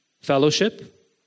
Fellowship